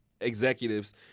executives